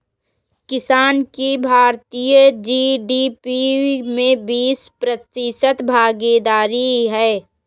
किसान की भारतीय जी.डी.पी में बीस प्रतिशत भागीदारी है